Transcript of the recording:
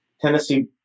Tennessee